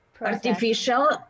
Artificial